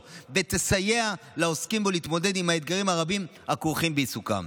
ותסייע לעוסקים בו להתמודד עם האתגרים הרבים הכרוכים בעיסוקם.